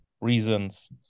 reasons